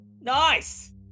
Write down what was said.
Nice